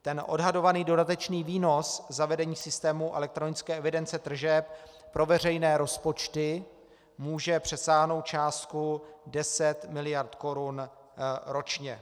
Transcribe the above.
Ten odhadovaný dodatečný výnos zavedení systému elektronické evidence tržeb pro veřejné rozpočty může přesáhnout částku 10 mld. korun ročně.